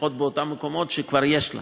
לפחות באותם מקומות שבהם כבר יש לה